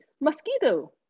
mosquito